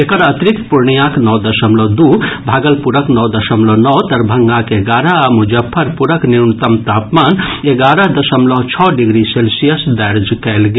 एकर अतिरिक्त पूर्णियांक नओ दशमलव दू भागलपुरक नओ दशमलव नओ दरभंगाक एगारह आ मुजफ्फरपुरक न्यूनतम तापमान एगारह दशमलव छओ डिग्री सेल्सियस दर्ज कयल गेल